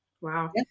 wow